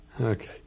Okay